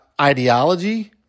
ideology